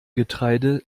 getreide